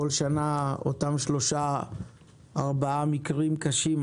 בכל שנה אותם שלושה ארבעה מקרים קשים,